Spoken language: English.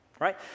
right